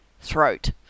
throat